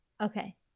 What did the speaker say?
Okay